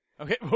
Okay